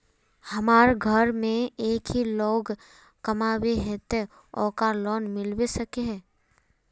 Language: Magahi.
हमरा घर में एक ही लोग कमाबै है ते ओकरा लोन मिलबे सके है?